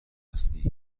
هستی